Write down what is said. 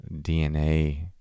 DNA